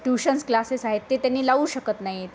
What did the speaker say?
tuitions classes आहेत ते त्यांनी लावू शकत नाहीत